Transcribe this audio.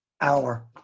hour